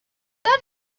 that